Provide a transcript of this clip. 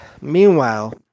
meanwhile